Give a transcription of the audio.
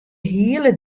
hiele